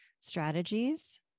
strategies